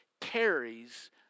carries